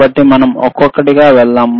కాబట్టి మనం ఒక్కొక్కటిగా వెళ్దాం